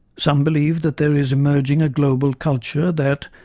some believe that there is emerging a global culture that,